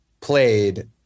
played